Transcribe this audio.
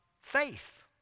faith